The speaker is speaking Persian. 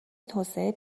توسعه